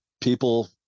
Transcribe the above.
people